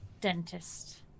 dentist